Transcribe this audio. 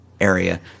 area